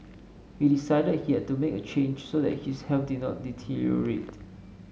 he decided he had to make a change so that his health did not deteriorate